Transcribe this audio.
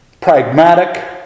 Pragmatic